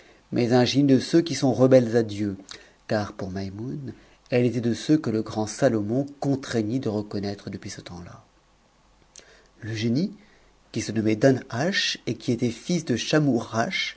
mais un génie de ceux qui sont rebelles adieu car pourmaimoune elle était de ceux que le grand salomon contraignit de reconnaître depuis ce temps-là le génie qui se nommait danhasch et qui était fils de